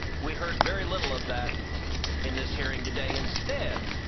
we heard very little of that in this hearing today. instead,